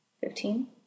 Fifteen